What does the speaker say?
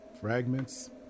fragments